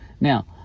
Now